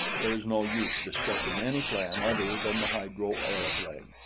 there is no use discussing any plan other than the hydro-aeroplane.